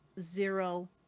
zero